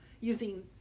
using